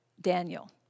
Daniel